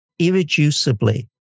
irreducibly